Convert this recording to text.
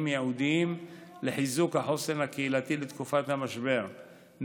ייעודיים לחיזוק החוסן הקהילתי לתקופת המשבר,